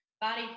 body